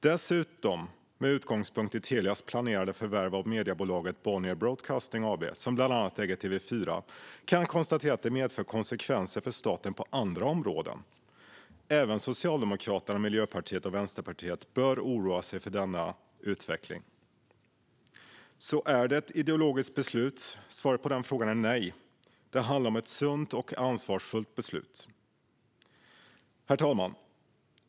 Dessutom kan jag, med utgångspunkt i Telias planerade förvärv av mediebolaget Bonnier Broadcasting AB, som bland annat äger TV4, konstatera att detta medför konsekvenser för staten på andra områden. Även Socialdemokraterna, Miljöpartiet och Vänsterpartiet bör oroa sig för denna utveckling. Är detta då ett ideologiskt beslut? Svaret på den frågan är nej. Det handlar om ett sunt och ansvarsfullt beslut. Herr talman!